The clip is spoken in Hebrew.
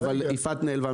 תשמע לי,